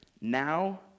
now